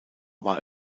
war